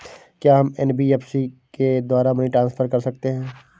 क्या हम एन.बी.एफ.सी के द्वारा मनी ट्रांसफर कर सकते हैं?